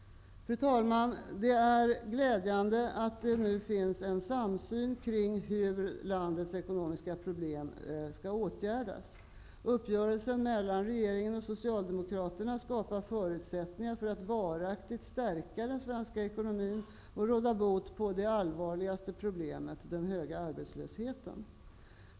Fru talman! Det är glädjande att det nu finns en samsyn kring hur landets ekonomiska problem skall åtgärdas. Uppgörelsen mellan regeringen och Socialdemokraterna skapar förutsättningar för att varaktigt stärka den svenska ekonomin och råda bot på det allvarligaste problemet, den höga arbetslösheten.